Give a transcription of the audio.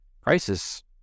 crisis